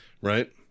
Right